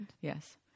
Yes